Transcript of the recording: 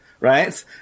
right